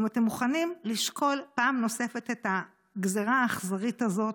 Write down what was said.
אם אתם מוכנים לשקול פעם נוספת את הגזרה האכזרית הזאת,